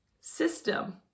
system